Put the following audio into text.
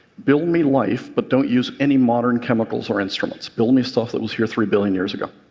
build me life but don't use any modern chemicals or instruments. build me stuff that was here three billion years ago.